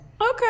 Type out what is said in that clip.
Okay